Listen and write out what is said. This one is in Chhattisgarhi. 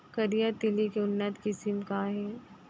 करिया तिलि के उन्नत किसिम का का हे?